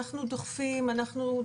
אנחנו דוחפים, אנחנו דורשים.